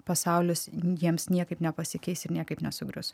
pasaulis jiems niekaip nepasikeis ir niekaip nesugrius